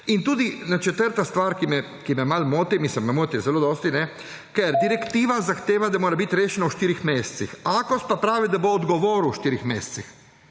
In tudi četrta stvar, ki me malo moti, mislim, me moti zelo dosti. Ker direktiva zahteva, da mora biti rešeno v štirih mesecih, Akos pa pravi, da bo odgovoril v štirih mesecih.